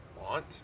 want